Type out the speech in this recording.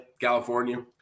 California